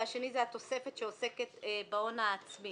והשני זה התוספת שעוסקת בהון העצמי.